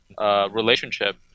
relationship